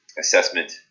Assessment